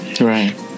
Right